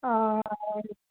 हा हा